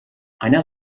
einer